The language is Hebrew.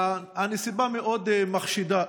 הנסיבה מאוד מחשידה,